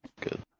good